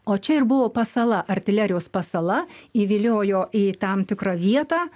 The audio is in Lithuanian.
o čia ir buvo pasala artilerijos pasala įviliojo į tam tikrą vietą